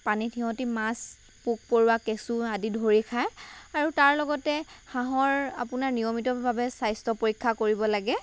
পানীত সিহঁতি মাছ পোক পৰুৱা কেচুঁ আদি ধৰি খায় আৰু তাৰ লগতে হাঁহৰ আপোনাৰ নিয়মিত ভাৱে স্বাস্থ্য পৰীক্ষা কৰিব লাগে